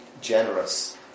generous